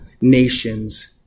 nations